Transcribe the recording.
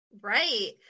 Right